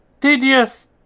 tedious